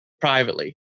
privately